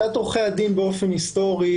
לשכת עורכי הדין באופן היסטורי